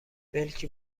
ملکی